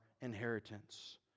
inheritance